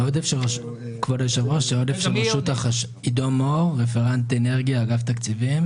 עידו מור, רפרנט אנרגיה, אגף תקציבים.